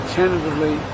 tentatively